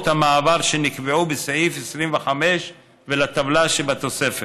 המעבר שנקבעו בסעיף 25 ולטבלה שבתוספת.